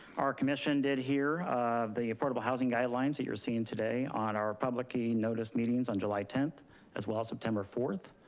our commission did hear the affordable housing guidelines that you're seeing today on our public notice meetings on july tenth as well as september fourth.